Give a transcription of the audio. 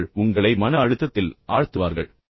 அவர்கள் உங்களை மன அழுத்தத்தில் ஆழ்த்துவார்கள்